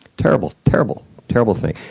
terrible, terrible, terrible thing.